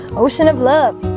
ocean of love